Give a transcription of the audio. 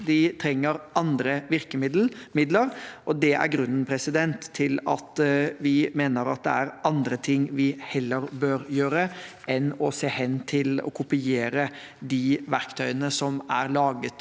De trenger andre virkemidler, og det er grunnen til at vi mener det er andre ting vi heller bør gjøre enn å se hen til og kopiere de verktøyene som er laget